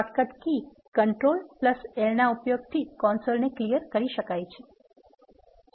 shortcut key control L ના ઉપયોગ થી કન્સોલ સાફ કરી શકાય છે